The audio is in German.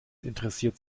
interessiert